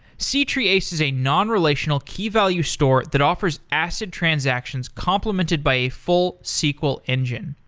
c-treeace is a non-relational key-value store that offers acid transactions complemented by a full sql engine.